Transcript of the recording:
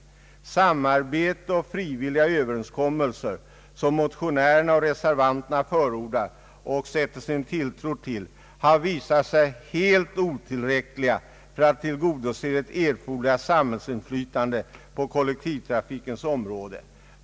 Samarbete och frivilliga överenskommelser, som motionärerna och reservanterna förordar och sätter sin tilltro till, har visat sig helt otillräckliga för att tillgodose det erforderliga samhällsinflytandet på kollektivtrafikens område.